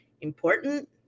important